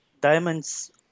diamonds